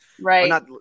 Right